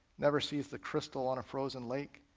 never sees the crystal on a frozen lake,